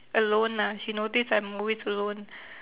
alone lah she notice I'm always alone